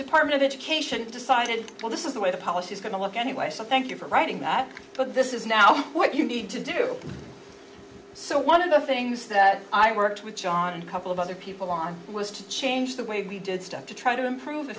department of education decided well this is the way the policy is going to look anyway so thank you for writing that book this is now what you need to do so one of the things that i worked with john and couple of other people on was to change the way we did stuff to try to improve